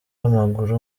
w’amaguru